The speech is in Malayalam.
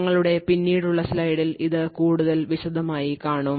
ഞങ്ങളുടെ പിന്നീടുള്ള സ്ലൈഡിൽ ഇത് കൂടുതൽ വിശദമായി കാണും